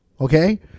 Okay